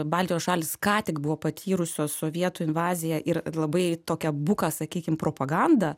baltijos šalys ką tik buvo patyrusios sovietų invaziją ir labai tokią buką sakykim propagandą